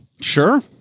Sure